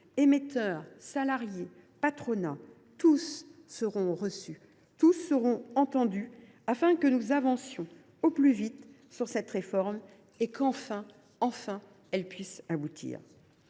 émetteurs, salariés, patronat : tous seront reçus et entendus, afin que nous avancions au plus vite sur cette réforme et qu’elle puisse aboutir,